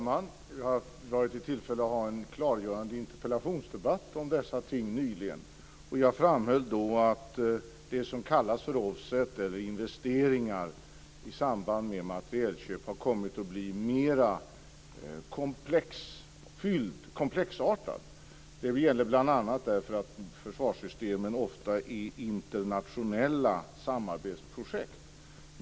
Fru talman! Vi var i tillfälle att ha en klargörande interpellationsdebatt om dessa ting nyligen. Jag framhöll då att det som kallas för offset eller investeringar i samband med materielköp har kommit att bli mera komplext. Det gäller bl.a. därför att försvarssystemen ofta är internationella samarbetsprojekt.